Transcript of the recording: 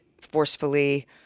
forcefully